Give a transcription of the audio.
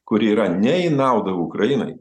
kuri yra ne į naudą ukrainai